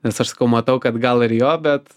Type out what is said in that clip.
nes aš sakau matau kad gal ir jo bet